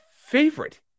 favorite